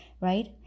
right